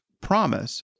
promise